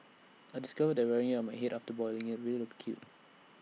I discovered that wearing IT on my Head after boiling IT really looked cute